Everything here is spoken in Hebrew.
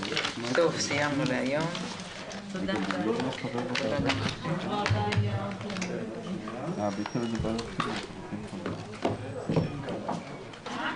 11:40.